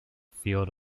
field